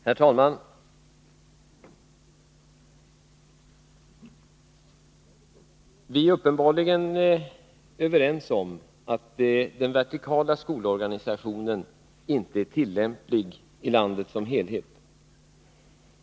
Herr talman! Vi är uppenbarligen överens om att den vertikala skolorganisationen inte är tillämplig i landet som helhet.